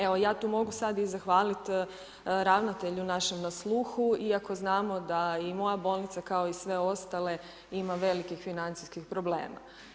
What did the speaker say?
Evo, ja tu mogu sad i zahvaliti ravnatelju našem na sluhu, iako znamo da i moja bolnica kao i sve ostale, ima velikih financijskih problema.